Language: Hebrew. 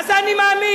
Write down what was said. מה זה אני מאמין?